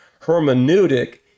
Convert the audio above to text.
hermeneutic